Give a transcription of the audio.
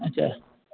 अच्छा